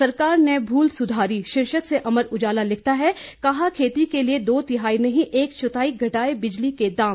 सरकार ने भूल सुधारी शीर्षक से अमर उजाला लिखता है कहा खेती के लिए दो तिहाई नहीं एक चौथाई घटाये बिजली के दाम